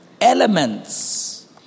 elements